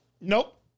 Nope